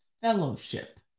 fellowship